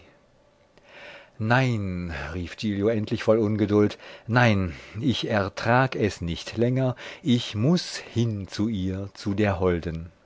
nein rief giglio endlich voll ungeduld nein ich ertrag es nicht länger ich muß hin zu ihr zu der holden